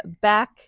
back